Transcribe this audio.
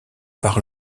par